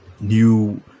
New